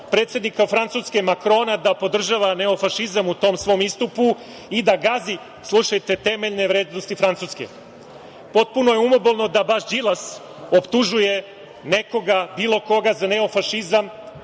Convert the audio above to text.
predsednika Francuske, Makrona, da podržava neofašizam u tom svom istupu i da gazi, slušajte, temeljne vrednosti Francuske. Potpuno je umobolno da baš Đilas optužuje nekoga, bilo koga, za neofašizam